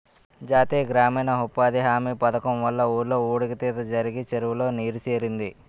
జాతీయ గ్రామీణ ఉపాధి హామీ పధకము వల్ల ఊర్లో పూడిక తీత జరిగి చెరువులో నీరు సేరింది